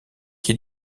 qui